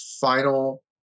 final